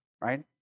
right